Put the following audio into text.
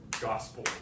gospel